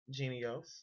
Genios